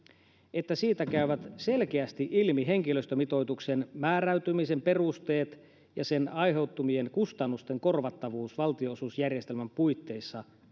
että siitä käyvät selkeästi ilmi henkilöstömitoituksen määräytymisen perusteet ja sen aiheuttamien kustannusten korvattavuus valtionosuusjärjestelmän puitteissa